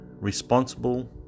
responsible